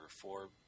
four